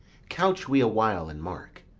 couch we awhile and mark.